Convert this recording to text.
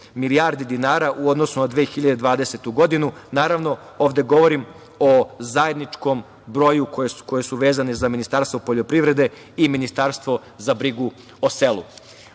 milijardi dinara u odnosu na 2020. godinu. Ovde govorim o zajedničkom broju, a što je vezano za Ministarstvo poljoprivrede i Ministarstvo za brigu o selu. Po